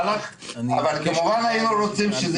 היינו רוצים,